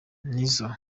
nizzo